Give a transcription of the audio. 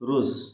Russia